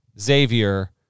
Xavier